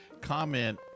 comment